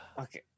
Okay